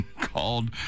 called